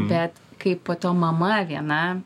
bet kai po to mama viena